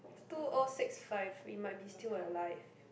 two O six five we might be still alive